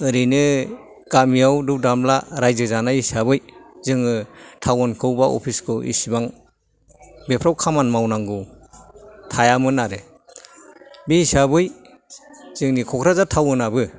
ओरैनो गामियाव दौ दामला रायजो जानाय हिसाबै जोङो थाउनखौ बा अफिसखौ इसिबां बेफ्राव खामानि मावनांगौ थायामोन आरो बे हिसाबै जोंनि क'क्राझार थाउनआबो